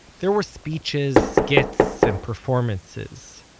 there were speeches, skits and performances,